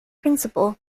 principal